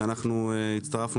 אנחנו הצטרפנו